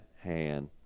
hand